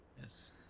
Yes